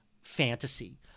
fantasy